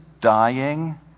dying